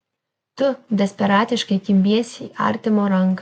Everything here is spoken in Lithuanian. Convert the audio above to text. tu desperatiškai kimbiesi į artimo ranką